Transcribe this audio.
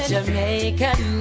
Jamaican